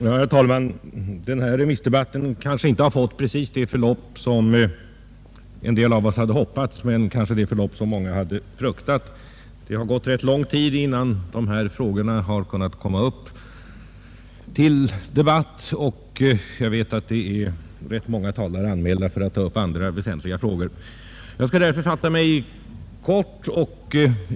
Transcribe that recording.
Herr talman! Denna remissdebatt har kanske inte fått precis det förlopp som en del av oss hade hoppats på men kanske det förlopp som många hade fruktat. Det har gått rätt lång tid innan de näringspolitiska frågorna kunnat komma upp till debatt, och jag vet att det är ganska många talare anmälda för att taga upp andra väsentliga frågor. Därför skall jag fatta mig kort.